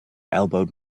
elbowed